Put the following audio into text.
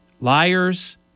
Liars